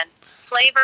Flavor